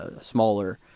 smaller